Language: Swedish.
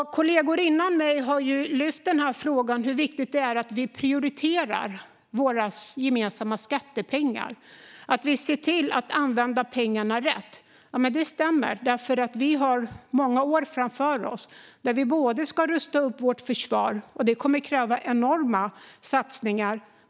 Kollegor före mig har lyft fram frågan om hur viktigt det är att vi prioriterar rätt och ser till att använda våra gemensamma skattepengar rätt. Jag instämmer. Vi har många år framför oss då vi ska rusta upp vårt försvar, och det kommer att kräva enorma satsningar.